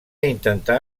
intentà